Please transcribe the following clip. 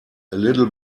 little